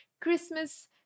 christmas